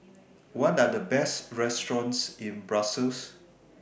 What Are The Best restaurants in Brussels